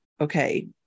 okay